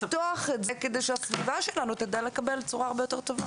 לפתוח את זה על מנת שהסביבה שלנו תדע לקבל צורה הרבה יותר טובה.